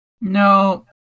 No